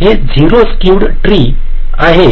हे zero skewed tree ZST आहे